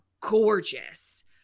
gorgeous